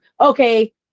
okay